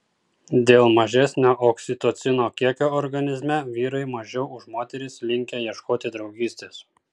dėl mažesnio oksitocino kiekio organizme vyrai mažiau už moteris linkę ieškoti draugystės